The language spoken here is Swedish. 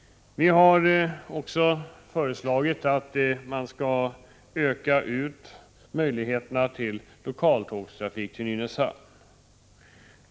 Vi har också föreslagit att man skall öka möjligheterna för lokaltågtrafik till Nynäshamn.